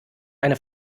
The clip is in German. eine